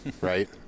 right